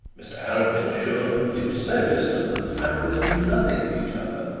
mr arabin assured him that it was so distant that the families knew nothing of each other.